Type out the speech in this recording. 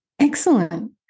Excellent